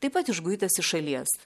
taip pat išguitas iš šalies